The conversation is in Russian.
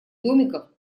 домиках